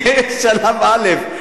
כשלב א',